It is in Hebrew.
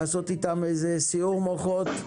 לעשות איתן סיעור מוחות,